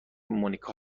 مونیکا